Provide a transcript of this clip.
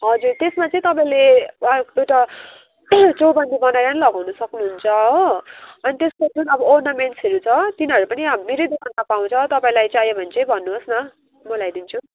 हजुर त्यसमा चाहिँ तपाईँले अर्क एउटा चौबन्दी बनाएर नि लगाउन सक्नुहुन्छ हो अनि त्यसको जुन ओर्नामेन्ट्सहरू छ तिनीहरू पनि मेरै दोकानमा पाउँछ तपाईँलाई चाहियो भने चाहिँ भन्नुहोस् न म ल्याइदिन्छु